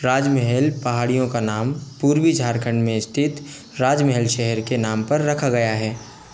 राजमहल पहाड़ियों का नाम पूर्वी झारखंड में स्थित राजमहल शहर के नाम पर रखा गया है